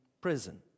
prison